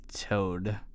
Toad